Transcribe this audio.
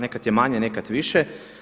Nekad je manje, nekad više.